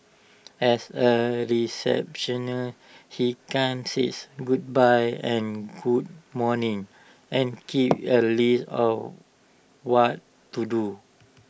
as A receptionist he can says goodbye and good morning and keep A list of what to do